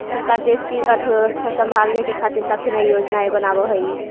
सरकार देश की अर्थव्यवस्था संभालने के खातिर काफी नयी योजनाएं बनाव हई